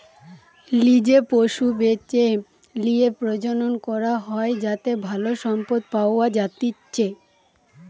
লিজে পশু বেছে লিয়ে প্রজনন করা হয় যাতে ভালো সম্পদ পাওয়া যাতিচ্চে